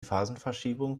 phasenverschiebung